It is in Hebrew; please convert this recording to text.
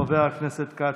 חבר הכנסת כץ,